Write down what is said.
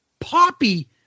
poppy